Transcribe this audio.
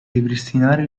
ripristinare